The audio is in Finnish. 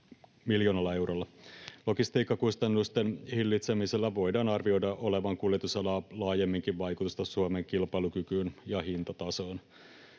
miljoonalla eurolla. Logistiikkakustannusten hillitsemisellä voidaan arvioida olevan kuljetusalaa laajemminkin vaikutusta Suomen kilpailukykyyn ja hintatasoon.